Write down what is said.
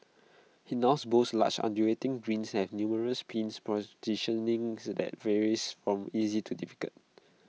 IT now boasts large undulating greens that numerous pin positions names that vary from easy to difficult